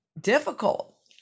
difficult